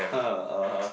hmm uh